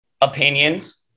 opinions